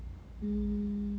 mmhmm